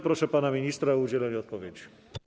Proszę pana ministra o udzielenie odpowiedzi.